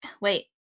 wait